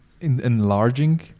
enlarging